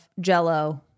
Jell-O